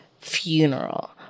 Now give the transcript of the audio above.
funeral